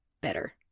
better